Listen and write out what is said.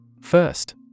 First